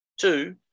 Two